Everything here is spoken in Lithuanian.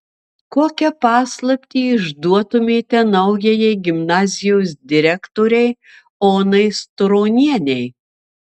kokią paslaptį išduotumėte naujajai gimnazijos direktorei onai sturonienei